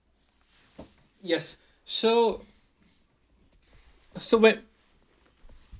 yes so so when